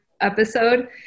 episode